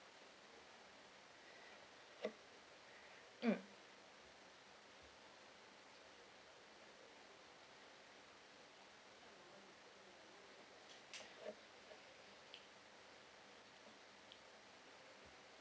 mm